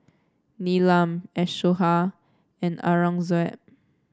Neelam Ashoka and Aurangzeb